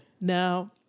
Now